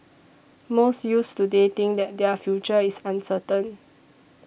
most youths today think that their future is uncertain